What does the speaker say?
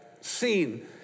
seen